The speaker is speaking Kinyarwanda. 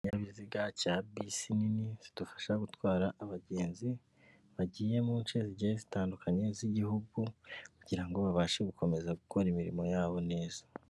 Ikinyabiziga cya bisi nini kidufasha gutwara abagenzi bagiye mu nce zigiye zitandukanye z'igihugu, kugira ngo babashe gukomeza gukora imirimo yabo neza.